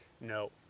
no